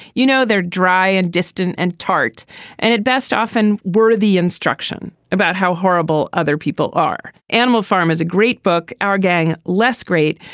you know, they're dry and distant and tart and at best often were the instruction about how horrible other people are. animal farm is a great book. our gang less great.